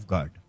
God